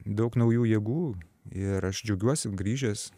daug naujų jėgų ir aš džiaugiuosi grįžęs